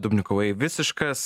dubnikovai visiškas